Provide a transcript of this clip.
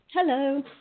Hello